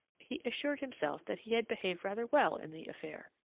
he assured himself that he had behaved rather well in the affair.